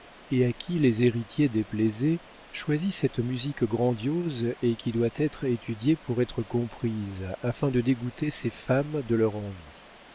et à qui les héritiers déplaisaient choisit cette musique grandiose et qui doit être étudiée pour être comprise afin de dégoûter ces femmes de leur envie